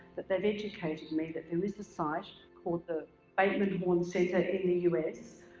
that they've educated me that there is a site called the bateman horne center in the u s.